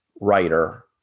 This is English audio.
writer